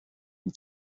une